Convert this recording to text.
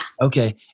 Okay